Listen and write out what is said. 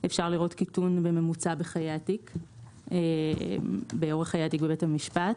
אפשר לראות קיטון בממוצע באורך חיי התיק בבית המשפט.